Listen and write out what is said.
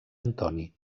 antoni